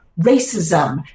racism